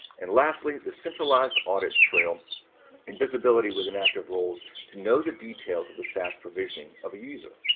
and lastly, the centralized audit trail and visibility within active roles to know the details of the saas provisioning of a user.